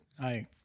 Hi